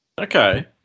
Okay